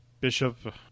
Bishop